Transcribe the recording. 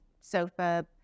sofa